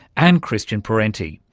and christian parenti,